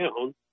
down